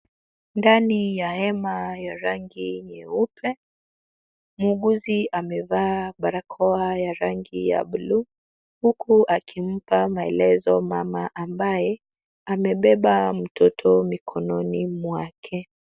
Ndani ya hema ya rangi nyeupe, muuguzi amevaa barakoa ya rangi ya blue huku akimpa maelezo mama ambaye amebeba mtoto mikononi mwake.